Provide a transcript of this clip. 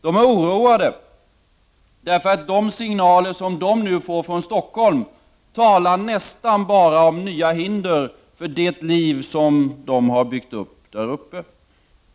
De är oroade, därför att de signaler de nu får från Stockholm talar nästan bara om nya hinder för det liv som de har byggt upp där uppe.